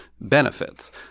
benefits